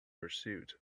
pursuit